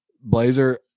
blazer